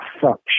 fuck